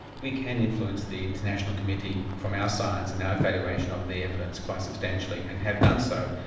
we can influence the international committee from our science and our evaluation of the evidence quite substantially and have done so.